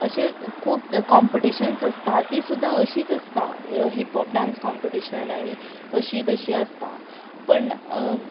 अशे खूब कॉम्पिटिशन्स आसता ती सुद्दां अशीच आसता हिपहॉप डांस कॉम्पिटिशन आनी अशीच अशी आसता पूण